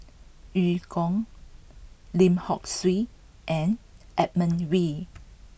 Eu Kong Lim Hock Siew and Edmund Wee